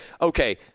okay